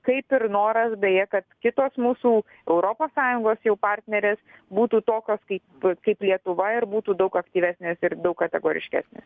kaip ir noras beje kad kitos mūsų europos sąjungos jau partnerės būtų tokios kaip kaip lietuva ir būtų daug aktyvesnės ir daug kategoriškesnės